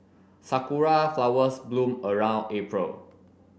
sakura flowers bloom around April